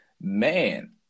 man